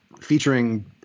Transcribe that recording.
featuring